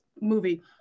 movie